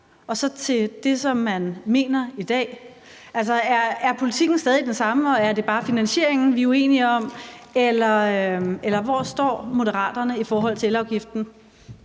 og så til det, som man mener i dag? Altså, er politikken stadig den samme, og er det bare finansieringen, vi er uenige om? Hvor står Moderaterne i forhold til elafgiften?